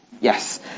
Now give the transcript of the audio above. Yes